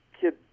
kid